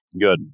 good